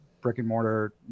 brick-and-mortar